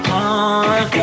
on